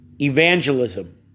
evangelism